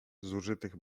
zużytych